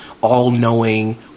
all-knowing